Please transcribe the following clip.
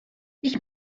ich